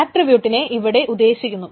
ആട്രിബ്യൂട്ടിനെ ഇവിടെ ഉദ്ദേശിക്കുന്നു